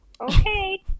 Okay